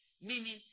Meaning